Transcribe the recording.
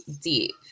deep